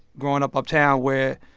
growing up uptown where,